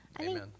Amen